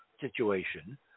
situation